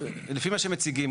לפי מה שמציגים.